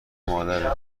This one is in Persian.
مادره